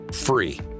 free